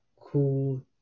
cool